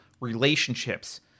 relationships